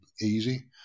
easy